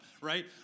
right